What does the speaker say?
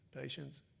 patience